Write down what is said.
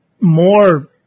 more